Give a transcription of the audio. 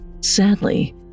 Sadly